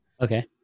Okay